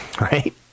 Right